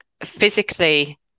physically